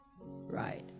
Right